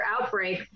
outbreak